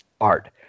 art